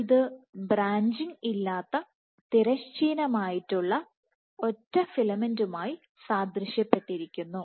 ഇത് ബ്രാഞ്ചിംഗ് ഇല്ലാത്ത തിരശ്ചീനമായിട്ടുള്ള ഒറ്റ ഫിലമെന്റുമായി സാദൃശ്യപ്പെട്ടിരിക്കുന്നു